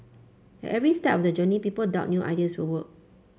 at every step of the journey people doubt new ideas will work